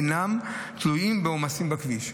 אינם תלויים בעומסים בכביש".